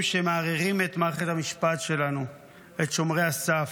שמערערים את מערכת המשפט שלנו ואת שומרי הסף.